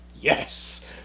yes